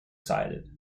sided